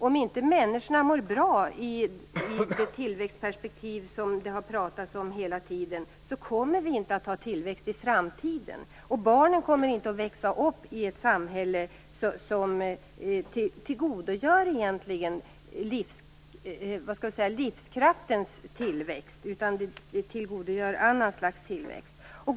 Om inte människorna mår bra i det tillväxtperspektiv som det hela tiden har talats om kommer vi inte att ha tillväxt i framtiden, och barnen kommer inte att växa upp i ett samhälle som tillgodogör livskraftens tillväxt utan som tillgodogör ett annat slags tillväxt.